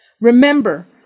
Remember